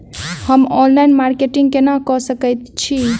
हम online marketing केना कऽ सकैत छी?